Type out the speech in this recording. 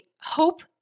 hope